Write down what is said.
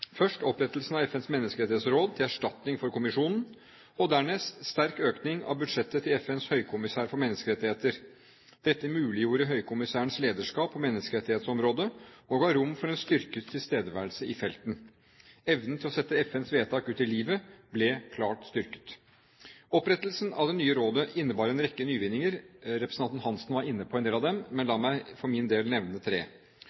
Først opprettelsen av FNs menneskerettighetsråd til erstatning for kommisjonen, og dernest sterk økning av budsjettet til FNs høykommissær for menneskerettigheter. Dette muliggjorde høykommissærens lederskap på menneskerettighetsområdet, og ga rom for en styrket tilstedeværelse i felten. Evnen til å sette FNs vedtak ut i livet ble klart styrket. Opprettelsen av det nye rådet innebar en rekke nyvinninger. Representanten Hansen var inne på en del av dem, men la meg for min del nevne tre: